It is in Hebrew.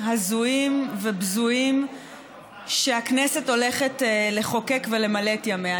הזויים ובזויים שהכנסת הולכת לחוקק ולמלא בהם את ימיה.